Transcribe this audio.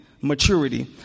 maturity